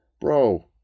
Bro